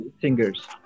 singers